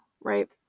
Right